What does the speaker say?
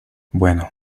bueno